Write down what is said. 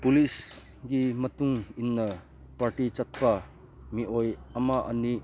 ꯄꯨꯂꯤꯁꯒꯤ ꯃꯇꯨꯡ ꯏꯟꯅ ꯄꯥꯔꯇꯤ ꯆꯠꯄ ꯃꯤꯑꯣꯏ ꯑꯃ ꯑꯅꯤ